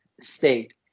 state